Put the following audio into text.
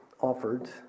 offered